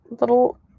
little